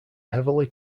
heavily